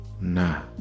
Nah